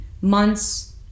months